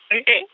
Okay